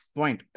point